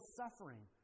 suffering